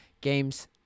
games